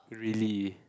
really